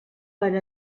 per